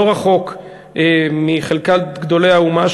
לא רחוק מחלקת גדולי האומה,